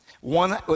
One